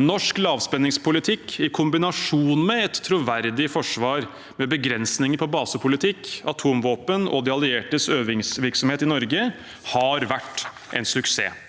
Norsk lavspenningspolitikk i kombinasjon med et troverdig forsvar med begrensninger på basepolitikk, atomvåpen og de alliertes øvingsvirksomhet i Norge har vært en suksess.